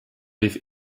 live